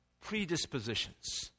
predispositions